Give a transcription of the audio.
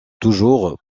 toujours